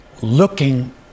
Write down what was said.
looking